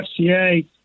FCA